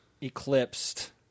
eclipsed